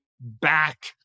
back